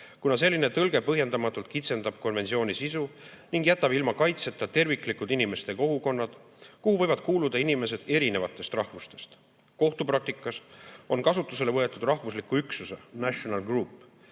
kuna selline tõlge põhjendamatult kitsendab konventsiooni sisu ning jätab ilma kaitseta terviklikud inimeste kogukonnad, kuhu võivad kuuluda inimesed erinevatest rahvustest. Kohtupraktikas on kasutusele võetud rahvusliku üksuse, national group'i